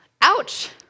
Ouch